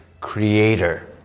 creator